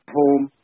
home